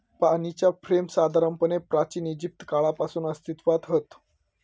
पाणीच्या फ्रेम साधारणपणे प्राचिन इजिप्त काळापासून अस्तित्त्वात हत